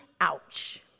Ouch